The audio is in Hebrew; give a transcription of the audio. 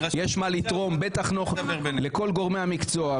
יש מה לתרום לכל גורמי המקצוע,